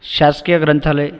शासकीय ग्रंथालय